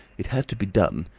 it had to be done.